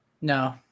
No